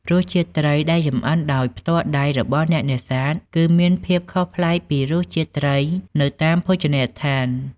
រសជាតិត្រីដែលចម្អិនដោយផ្ទាល់ដៃរបស់អ្នកនេសាទគឺមានភាពខុសប្លែកពីរសជាតិត្រីនៅតាមភោជនីយដ្ឋាន។